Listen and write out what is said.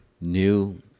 new